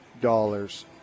dollars